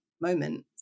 moment